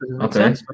Okay